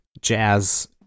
jazz